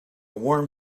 warm